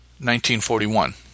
1941